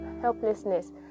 helplessness